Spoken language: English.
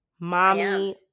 mommy